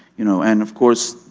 you know and, of course,